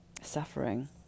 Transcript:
suffering